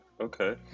okay